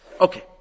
Okay